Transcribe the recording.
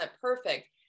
perfect